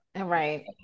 right